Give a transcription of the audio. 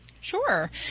Sure